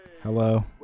Hello